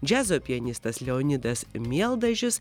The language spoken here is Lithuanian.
džiazo pianistas leonidas mieldažis